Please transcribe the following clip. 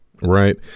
right